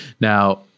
Now